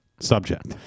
subject